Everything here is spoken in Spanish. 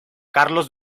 carlos